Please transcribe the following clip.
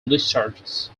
discharges